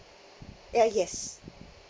ya yes